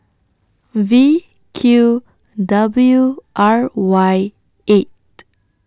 V Q W R Y eight